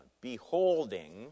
beholding